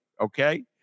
okay